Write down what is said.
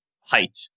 height